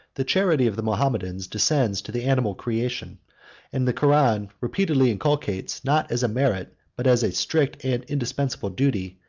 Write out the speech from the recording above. the charity of the mahometans descends to the animal creation and the koran repeatedly inculcates, not as a merit, but as a strict and indispensable duty,